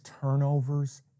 turnovers